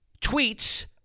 tweets